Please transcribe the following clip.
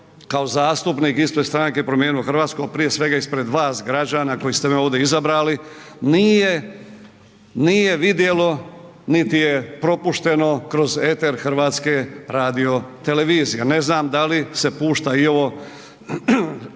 kao zastupnik ispred Stranke Promijenimo Hrvatsku, a prije svega ispred vas građana koji ste me ovdje izabrali, nije, nije vidjelo, niti je propušteno kroz eter HRT-a, ne znam da li se pušta i ovo